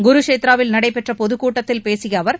குருஷேத்ராவில் நடைபெற்ற பொதுக்கூட்டத்தில் பேசிய அவர்